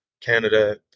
Canada